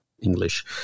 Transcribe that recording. English